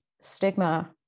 stigma